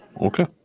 Okay